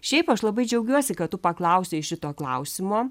šiaip aš labai džiaugiuosi kad tu paklausei šito klausimo